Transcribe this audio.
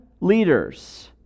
leaders